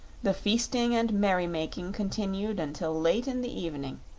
the feasting and merrymaking continued until late in the evening,